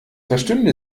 verstünde